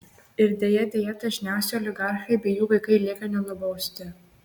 ir deja deja dažniausiai oligarchai bei jų vaikai lieka nenubausti